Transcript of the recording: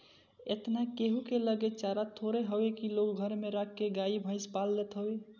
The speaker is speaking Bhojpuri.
एतना केहू के लगे चारा थोड़े हवे की लोग घरे में राख के गाई भईस पाल लेत हवे